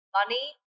money